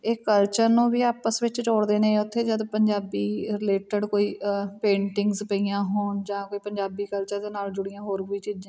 ਇਹ ਕਲਚਰ ਨੂੰ ਵੀ ਆਪਸ ਵਿੱਚ ਜੋੜਦੇ ਨੇ ਉੱਥੇ ਜਦ ਪੰਜਾਬੀ ਰਿਲੇਟਡ ਕੋਈ ਪੇਂਟਿੰਗਸ ਪਈਆਂ ਹੋਣ ਜਾਂ ਕੋਈ ਪੰਜਾਬੀ ਕਲਚਰ ਦੇ ਨਾਲ ਜੁੜੀਆਂ ਹੋਰ ਵੀ ਚੀਜ਼ਾਂ